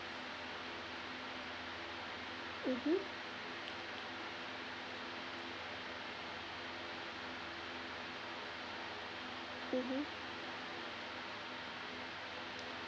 mmhmm mmhmm